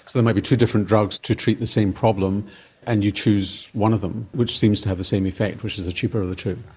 so there and might be two different drugs to treat the same problem and you choose one of them which seems to have the same effect, which is the cheaper of the two.